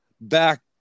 back